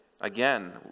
again